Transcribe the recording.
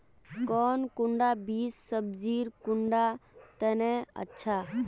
कौन कुंडा बीस सब्जिर कुंडा तने अच्छा?